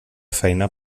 feina